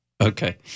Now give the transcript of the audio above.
Okay